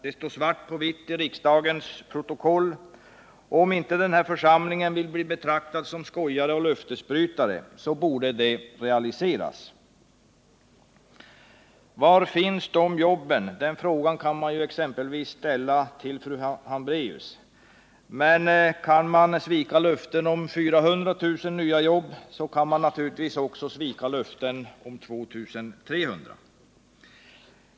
Det står svart på vitt i riksdagens protokoll, och om inte den här församlingen vill bli betraktad som skojare och löftesbrytare bör det realiseras. Var finns de jobben? Den frågan kan man exempelvis ställa till fru Hambraeus. Kan man svika löften om 400 000 nya jobb kan man naturligtvis också svika löften om 2 300.